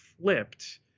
flipped